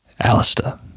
Alistair